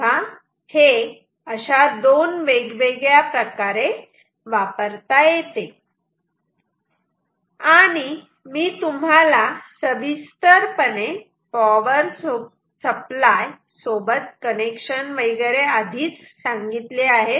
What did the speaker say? तेव्हा हे अशा दोन वेगवेगळ्या प्रकारे वापरता येते आणि मी तुम्हाला सविस्तरपणे पॉवर सप्लाय सोबत कनेक्शन वगैरे सांगितले आहेत